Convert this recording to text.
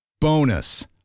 Bonus